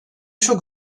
çok